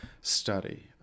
study